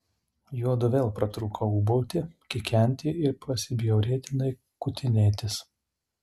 juodu vėl pratrūko ūbauti kikenti ir pasibjaurėtinai kutinėtis